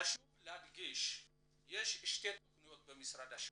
חשוב להדגיש שיש שתי תכניות במשרד השיכון,